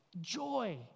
Joy